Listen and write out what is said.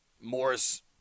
Morris